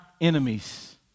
enemies